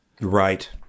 Right